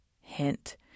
Hint